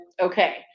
okay